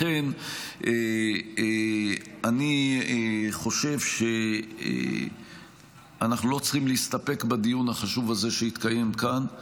לכן אני חושב שאנחנו לא צריכים להסתפק בדיון החשוב הזה שהתקיים כאן.